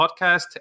podcast